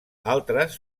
altres